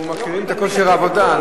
אנחנו מכירים את כושר העבודה.